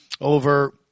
over